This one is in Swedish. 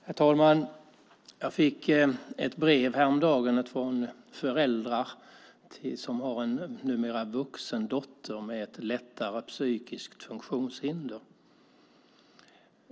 Herr talman! Jag fick ett brev häromdagen från föräldrar som har en numera vuxen dotter med ett lättare psykiskt funktionshinder.